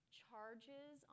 charges